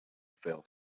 fell